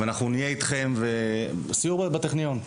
סיור בטכניון.